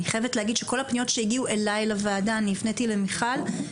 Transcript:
את כל הפניות שהגיעו אליי לוועדה הפניתי למיכל נוימן,